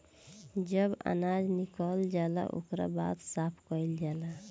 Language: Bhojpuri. जब अनाज निकल जाला ओकरा बाद साफ़ कईल जाला